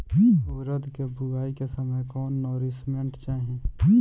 उरद के बुआई के समय कौन नौरिश्मेंट चाही?